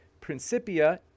Principia